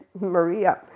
Maria